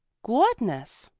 goodness!